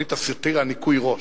תוכנית הסאטירה "ניקוי ראש".